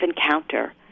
encounter